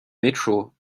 metro